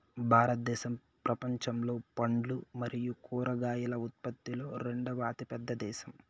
భారతదేశం ప్రపంచంలో పండ్లు మరియు కూరగాయల ఉత్పత్తిలో రెండవ అతిపెద్ద దేశం